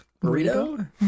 burrito